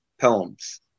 poems